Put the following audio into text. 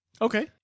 Okay